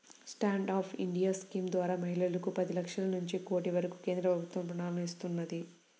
stand up India scheme ద్వారా మహిళలకు పది లక్షల నుంచి కోటి వరకు కేంద్ర ప్రభుత్వం రుణాలను ఇస్తున్నది